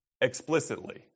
Explicitly